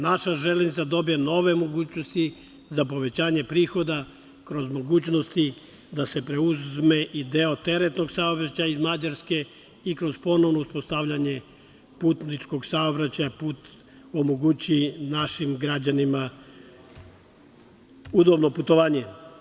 Naša železnica dobija nove mogućnosti za povećanje prihoda kroz mogućnosti da se preuzme i deo teretnog saobraćaja iz Mađarske i kroz ponovno uspostavljanje putničkog saobraćaja put omogući našim građanima udobno putovanje.